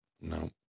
No